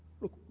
look